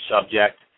subject